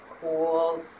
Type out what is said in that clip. cool